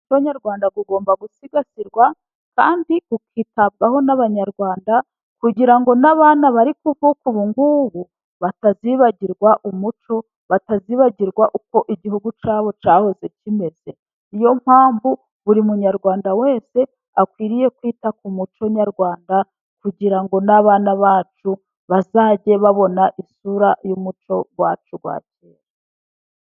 Umuco nyarwanda ugomba gusigasirwa, kandi ukitabwaho n'Abanyarwanda ,kugira ngo n'abana bari kuvuka ubu ngubu batazibagirwa umuco, batazibagirwa uko igihugu cyabo cyahoze kimeze, ni yo mpamvu buri munyarwanda wese akwiriye kwita ku muco nyarwanda ,kugira ngo n'abana bacu bazajye babona isura y'umuco wacu wa kera.